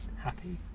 happy